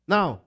Now